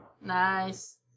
Nice